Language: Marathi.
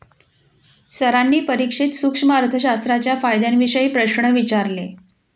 सरांनी परीक्षेत सूक्ष्म अर्थशास्त्राच्या फायद्यांविषयी प्रश्न विचारले